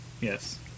yes